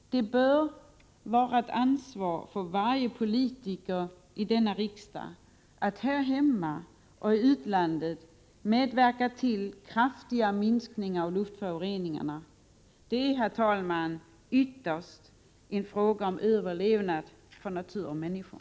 Det bör vara ett ansvar för varje politiker i denna riksdag att här hemma och i utlandet medverka till kraftiga minskningar av luftföroreningarna. Det är, herr talman, ytterst en fråga om överlevnad för natur och människor.